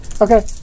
okay